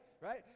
Right